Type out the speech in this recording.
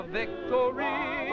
victory